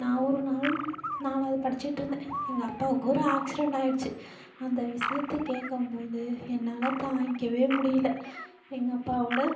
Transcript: நான் ஒரு நாள் நாலாவது படிச்சுட்டு இருந்தேன் எங்கள் அப்பாவுக்கு ஒரு ஆக்ஸிடெண்ட் ஆயிடுச்சு அந்த விஷயத்த கேட்கும்போது என்னால் தாங்கிக்கவே முடியலை எங்கள் அப்பாவோடய